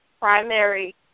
Primary